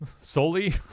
solely